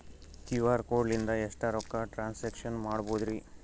QR code ಲಿಂದ ಎಷ್ಟ ರೊಕ್ಕ ಟ್ರಾನ್ಸ್ಯಾಕ್ಷನ ಮಾಡ್ಬೋದ್ರಿ?